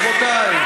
רבותי,